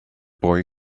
boy